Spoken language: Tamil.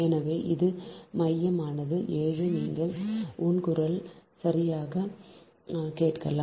எனவே இது மையமானது 7 நீங்கள் என் குரலை சரியாகக் கேட்கலாம்